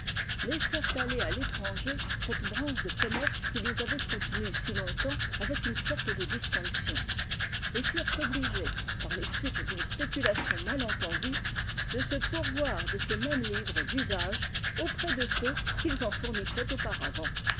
laissèrent aller à l'étranger cette branche de commerce qui les avait soutenus si longtemps avec une sorte de distinction et furent obligés par les suites d'une spéculation mal entendue de se pourvoir de ces mêmes livres d'usages auprès de ceux qu'ils en fournissaient auparavant